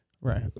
Right